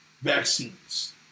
vaccines